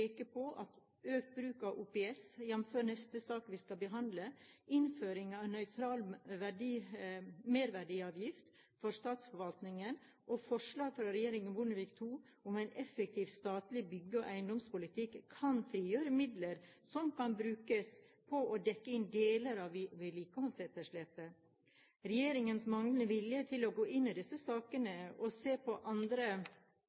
peke på at økt bruk av OPS – jf. neste sak vi skal behandle – innføring av nøytral merverdiavgift for statsforvaltningen og forslaget fra regjeringen Bondevik II om en effektiv statlig bygge- og eiendomspolitikk kan frigjøre midler som kan brukes på å dekke inn deler av vedlikeholdsetterslepet. Regjeringens manglende vilje til å gå inn i disse